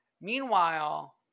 Meanwhile